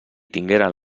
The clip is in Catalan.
tingueren